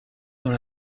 dans